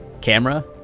Camera